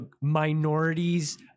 minorities